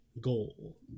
goal